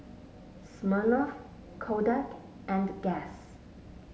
Smirnoff Kodak and Guess